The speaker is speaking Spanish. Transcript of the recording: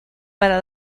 para